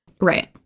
Right